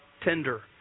tender